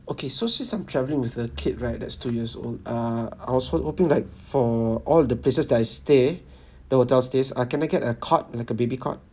okay so since I'm some travelling with a kid right that's two years old ah I was ho~ hoping like for all the places that I stay the hotel stays ah can I get a cot like a baby cot